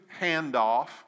handoff